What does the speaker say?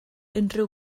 unrhyw